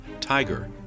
TIGER